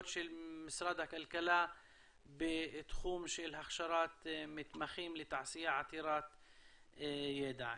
של משרד הכלכלה בתחום של הכשרת מתמחים לתעשייה עתירת ידע.